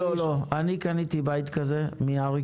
אנחנו מדברים על לפיד, מתן, ראש